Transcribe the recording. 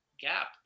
gap